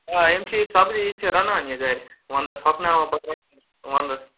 آ یِم چھِ ییٚتہِ سبزی یہِ چھِ رَنان یہِ گَرِ ونٛدس ہۄکھناوان ونٛدس